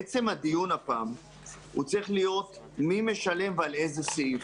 09:07) עצם הדיון הפעם צריך להיות מי משלם ועל איזה סעיף,